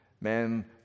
Men